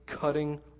cutting